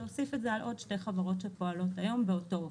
להוסיף את זה על עוד שתי חברות שפועלות היום באותו אופן.